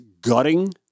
gutting